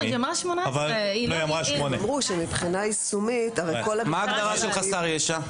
היא אמרה 18. הם אמרו שמבחינה יישומית --- מה ההגדרה של חסר ישע?